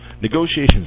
Negotiations